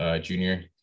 junior